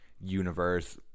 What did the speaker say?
universe